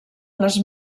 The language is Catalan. les